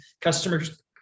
customers